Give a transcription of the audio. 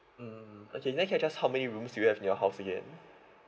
mm okay then can I just how many rooms do you have in your house again